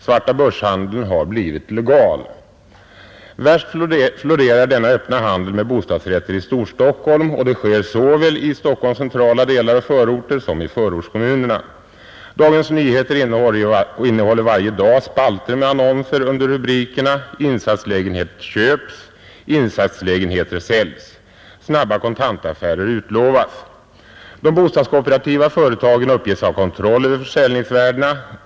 Svartabörshandeln har blivit legal. Värst florerar denna öppna handel med bostadsrätter i Storstockholm, såväl i Stockholms centrala delar och förorter som i förortskommunerna. Dagens Nyheter innehåller varje dag spalter med annonser under rubrikerna ”Insatslägenheter köps” och ”Insatslägenheter säljs”. Snabba kontantaffärer utlovas. De bostadskooperativa företagen uppger sig ha kontroll över försäljningsvärdena.